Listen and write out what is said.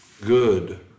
good